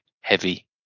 heavy